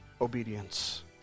obedience